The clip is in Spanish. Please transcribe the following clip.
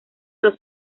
los